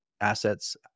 assets